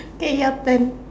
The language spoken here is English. okay your turn